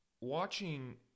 watching